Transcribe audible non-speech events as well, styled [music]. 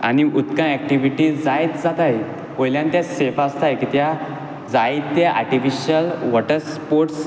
[unintelligible] आनी उदकां एक्टिविटीज जायत जाताय वोयल्यान ते सेफ आसताय कित्या जायते आर्टिफिशीयल वॉटर स्पोर्ट्स